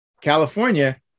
California